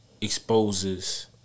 exposes